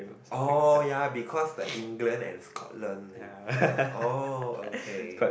oh ya because the England and Scotland oh okay